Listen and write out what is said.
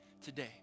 today